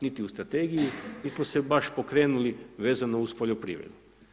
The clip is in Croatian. Niti u strategiji nismo se baš pokrenuli vezano uz poljoprivredu.